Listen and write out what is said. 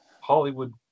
hollywood